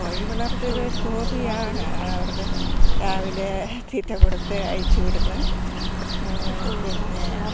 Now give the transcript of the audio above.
കോഴി വളർത്തൽ ഒരു ഹോബിയാണ് അവർക്ക് രാവിലെ തീറ്റ കൊടുത്ത് അഴിച്ചു വിടുന്നു പിന്നെ